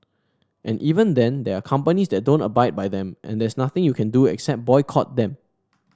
and even then there are companies that don't abide by them and there's nothing you can do except boycott them